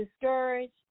discouraged